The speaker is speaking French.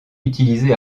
utilisée